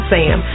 Sam